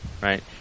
right